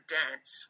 dance